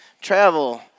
travel